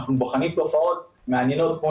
אנחנו בוחנים תופעות מעניינות כמו